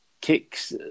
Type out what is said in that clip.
kicks